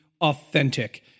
authentic